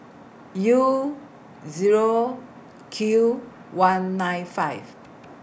U Zero Q one nine five